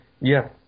Yes